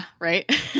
right